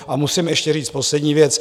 A musím ještě říct poslední věc.